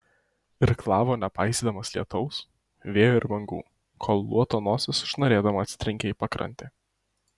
irklavo nepaisydamas lietaus vėjo ir bangų kol luoto nosis šnarėdama atsitrenkė į pakrantę